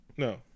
No